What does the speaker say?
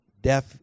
deaf